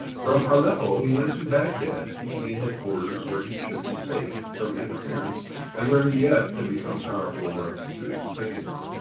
from aleppo he went to baghdad, seeking a headquarters where he should be safe from interference and where he yet could become powerful enough to expand.